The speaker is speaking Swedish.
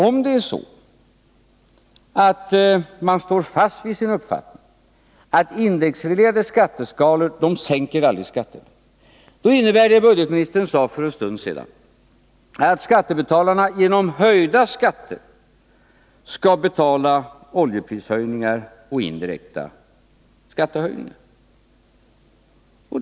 Om man står fast vid sin uppfattning att indexreglerade skatteskalor aldrig sänker skatterna, innebär det som budgetministern för en stund sedan sade, att skattebetalarna genom höjda skatter skall betala oljeprishöjningar och höjningar av den indirekta skatten.